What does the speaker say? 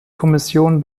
kommission